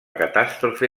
catàstrofe